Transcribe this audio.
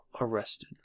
arrested